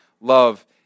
love